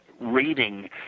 reading